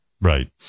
Right